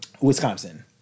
Wisconsin